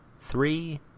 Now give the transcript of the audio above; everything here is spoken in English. three